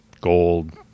gold